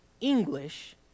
English